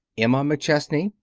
emma mcchesney,